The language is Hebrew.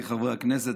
חבריי חברי הכנסת,